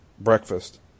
breakfast